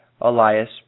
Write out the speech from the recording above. Elias